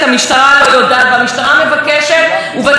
יושבת ועדה על המדוכה, והיא מתוקצבת.